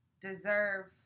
deserve